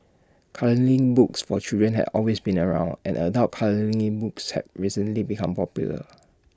colouring books for children have always been around and adult colouring books have recently become popular